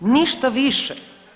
Ništa više.